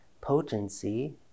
potency